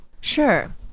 Sure